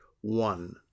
one